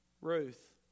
Ruth